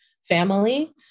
family